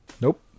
Nope